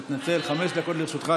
מתנצל, חמש דקות לרשותך,